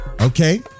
okay